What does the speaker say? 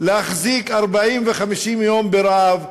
להחזיק 40 ו-50 יום ברעב,